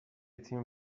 تیم